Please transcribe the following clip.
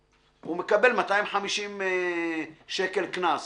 הוא מקבל 250 שקל קנס.